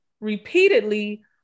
repeatedly